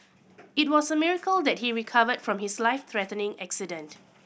it was a miracle that he recovered from his life threatening accident